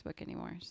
anymore